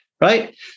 right